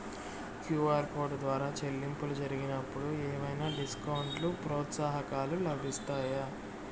QR code ద్వారా చెల్లింపులు జరిగినప్పుడు ఏవైనా డిస్కౌంట్ లు, ప్రోత్సాహకాలు లభిస్తాయా?